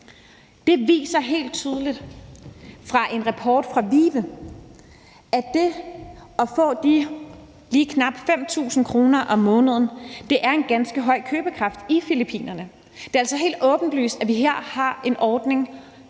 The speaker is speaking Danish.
Det vises helt tydeligt i en rapport fra VIVE, at det at få de lige knap 5.000 kr. om måneden er en ganske høj købekraft i Filippinerne. Det er altså helt åbenlyst, at vi her har en ordning,